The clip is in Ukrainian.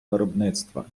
виробництва